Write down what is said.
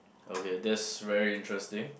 okay that's very interesting